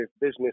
business